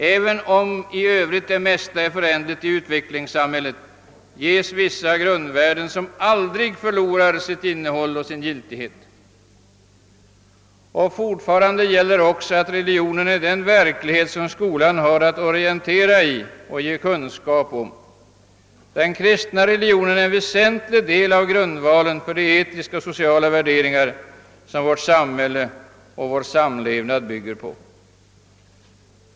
även om i övrigt det mesta är föränderligt i utvecklingssamhället ges vissa grundvärden som aldrig förlorar sitt innehåll och sin giltighet. Fortfarande gäller också att »religionen är den verklighet som skolan har att orientera i och ge kunskap om. Den kristna religionen är en väsentlig del av grundvalen för de etiska och sociala värderingar som vårt samhälle och vår samlevnad bygger på.